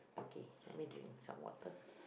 okay let me drink some water